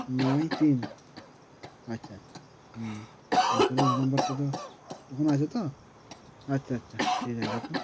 নয় তিন আচ্ছা আচ্ছা রেফারেন্স নাম্বারটা তো ওখানে আছে তো আচ্ছা আচ্ছা ঠিক আছে দেখুন